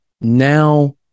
now